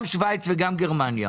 גם שוויץ וגם גרמניה.